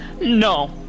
No